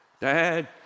Dad